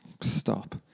Stop